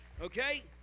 Okay